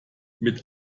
mit